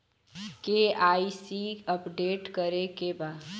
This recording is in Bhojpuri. के.वाइ.सी अपडेट करे के बा?